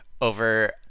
over